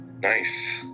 Nice